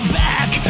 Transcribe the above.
back